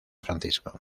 francisco